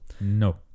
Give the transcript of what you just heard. No